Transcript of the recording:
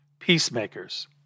Peacemakers